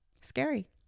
scary